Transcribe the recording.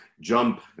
jump